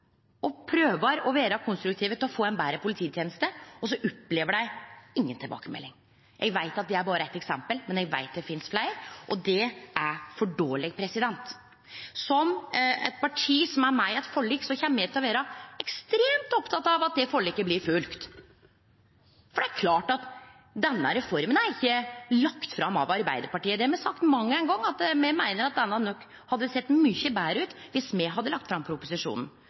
og som prøver å vere konstruktiv for å få ei betre polititeneste, og så opplever dei inga tilbakemelding. Det er berre eitt eksempel, men eg veit det finst fleire, og det er for dårleg. Som eit parti som er med i eit forlik, kjem me til å vere ekstremt opptekne av at forliket blir følgt. Denne reforma er ikkje lagd fram av Arbeidarpartiet. Det har me sagt mang ein gong, at me meiner at ho nok hadde sett mykje betre ut viss me hadde lagt fram proposisjonen.